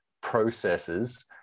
processes